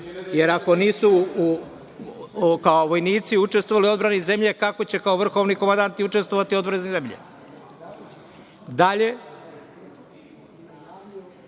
jer ako nisu kao vojnici učestvovali u odbrani zemlje, kako će kao vrhovni komandanti učestvovati u odbrani zemlje? Dalje,